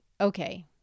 okay